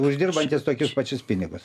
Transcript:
uždirbantis tokius pačius pinigus